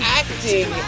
acting